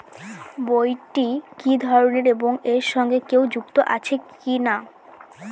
বইটি কি ধরনের এবং এর সঙ্গে কেউ যুক্ত আছে কিনা?